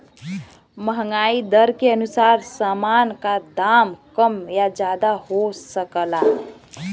महंगाई दर के अनुसार सामान का दाम कम या ज्यादा हो सकला